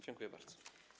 Dziękuję bardzo.